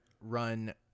run